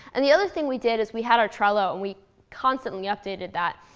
and the other thing we did is we had our trello. and we constantly updated that.